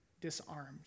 disarmed